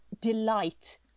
delight